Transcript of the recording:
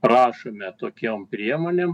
prašome tokiom priemonėm